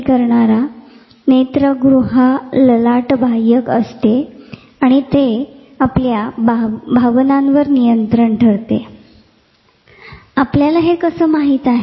इथेच अनुक्षेपण पुन्हा पुन्हा होणारे फायरिंग यां सगळया गोष्टींमुळे स्थिर स्वरूपातील अध्ययन होते पण त्याला नेहमीच भावनिक अभिव्यक्तीचा रंग असतो भावनिक रंग आणि त्याचमुळे हे किनारी भावनिक मंडल आहे